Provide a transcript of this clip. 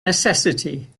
necessity